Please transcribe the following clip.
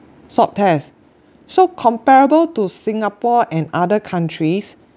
swab test so comparable to singapore and other countries